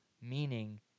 meaning